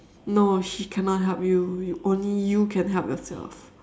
no she cannot help you only you can help yourself